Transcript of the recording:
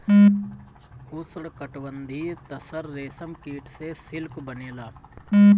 उष्णकटिबंधीय तसर रेशम कीट से सिल्क बनेला